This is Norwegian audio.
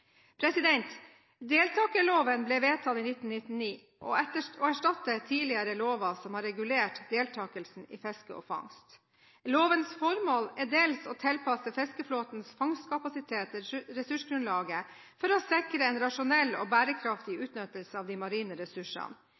Deltakerloven ble vedtatt i 1999 og erstatter tidligere lover som har regulert deltakelsen i fiske og fangst. Lovens formål er dels å tilpasse fiskeflåtens fangstkapasitet til ressursgrunnlaget for å sikre en rasjonell og bærekraftig utnyttelse av de marine ressursene,